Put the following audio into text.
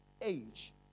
age